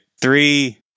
Three